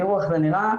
תראו איך זה נראה,